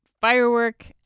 Firework